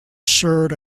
shirt